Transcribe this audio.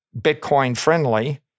Bitcoin-friendly